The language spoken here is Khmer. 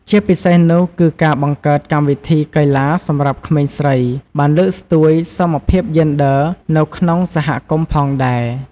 ជាពិសេសនោះ គឺការបង្កើតកម្មវិធីកីឡាសម្រាប់ក្មេងស្រីបានលើកស្ទួយសមភាពយេនឌ័រនៅក្នុងសហគមន៍ផងដែរ។